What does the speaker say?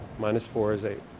minus four is eight.